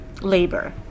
labor